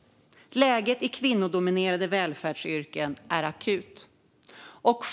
Läget i kvinnodominerade välfärdsyrken är akut.